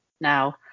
now